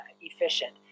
efficient